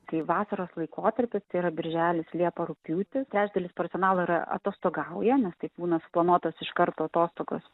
kai vasaros laikotarpis tai yra birželis liepa rugpjūtis trečdalis personalo yra atostogauja nes tai būna suplanuotos iš karto atostogos